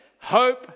hope